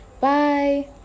bye